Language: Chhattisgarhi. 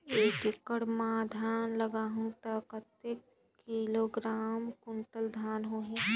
एक एकड़ मां धान लगाहु ता कतेक किलोग्राम कुंटल धान होही?